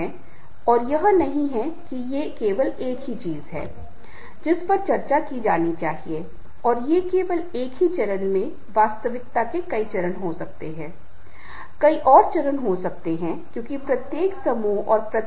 इसलिए एक अच्छे नेता के पास इस तरह के गुण होना चाहिए एक समस्या हल करने वाला है कई बार ऐसा होता है कि मुझे समस्या न लाएं और कृपया मेरा समाधान करें